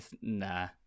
nah